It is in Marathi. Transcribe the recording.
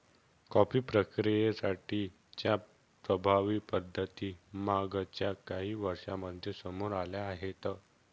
कॉफी प्रक्रियेसाठी च्या प्रभावी पद्धती मागच्या काही वर्षांमध्ये समोर आल्या आहेत